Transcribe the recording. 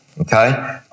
Okay